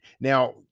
Now